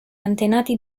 antenati